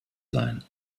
sein